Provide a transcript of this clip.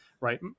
right